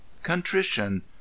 Contrition